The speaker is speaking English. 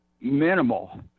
minimal